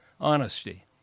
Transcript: honesty